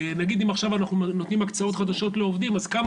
נגיד אם עכשיו אנחנו נותנים הקצאות חדשים לעובדים אז כמה